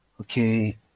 Okay